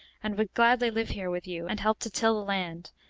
and would gladly live here with you, and help to till the land,